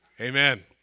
Amen